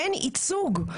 אין ייצוג.